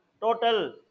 Total